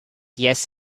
yes